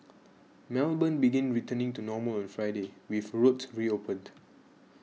Melbourne began returning to normal on Friday with roads reopened